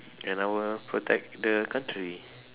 and I will protect the country